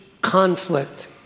conflict